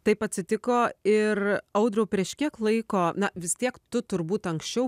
taip atsitiko ir audriau prieš kiek laiko na vis tiek tu turbūt anksčiau